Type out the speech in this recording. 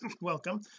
welcome